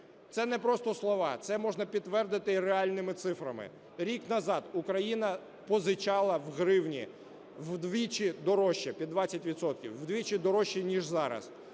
Це не просто слова, це можна підтвердити реальними цифрами. Рік назад Україна позичала в гривні вдвічі дорожче – під 20 відсотків – вдвічі дорожче ніж зараз.